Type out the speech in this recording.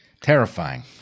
Terrifying